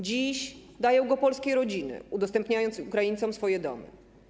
Dziś dają go polskie rodziny, udostępniając Ukraińcom swoje domy.